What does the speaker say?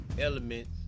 elements